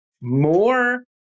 more